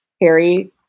Harry